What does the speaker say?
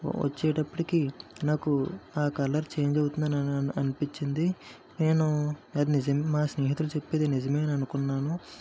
వచ్చేటప్పటికి నాకు ఆ కలర్ చేంజ్ అవుతుంది అని అనిపించింది నేను అది నిజమే మా స్నేహితులు చెప్పేది నిజమే అని అనుకున్నాను